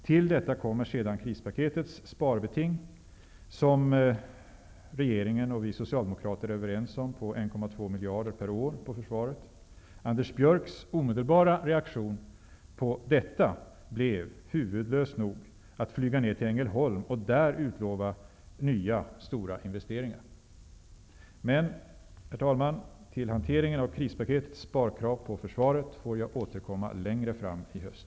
Till detta kommer sedan krispaketets sparbeting, som regeringen och vi socialdemokrater är överens om, på 1,2 miljarder per år på försvaret. Anders Björcks omedelbara reaktion på detta blev, huvudlöst nog, att flyga ned til Ängelholm och där utlova nya stora investeringar. Men, herr talman, till hanteringen av krispaketets sparkrav på försvaret får jag återkomma längre fram i höst.